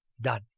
Done